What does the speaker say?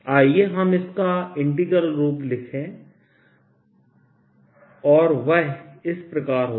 आइए हम इसका इंटीग्रल रूप लिखें और वह इस प्रकार होगा